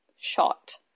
shot